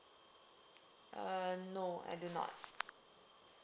uh no I do not